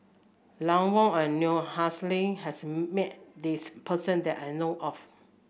Ian Woo and Noor Aishah has met this person that I know of